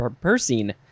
person